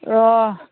र'